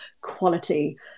quality